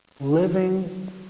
living